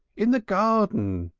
in the garden!